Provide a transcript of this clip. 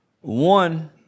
one